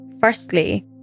Firstly